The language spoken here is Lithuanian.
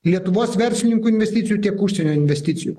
lietuvos verslininkų investicijų tiek užsienio investicijų